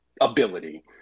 ability